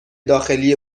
داخلی